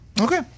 Okay